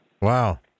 Wow